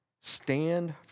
Stand